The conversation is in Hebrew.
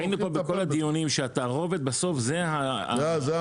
ראינו פה בכל הדיונים שהתערובת בסוף זה הגורם.